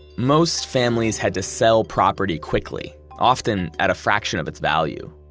most families had to sell property quickly, often at a fraction of its value.